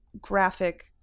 graphic